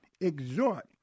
exhort